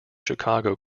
chicago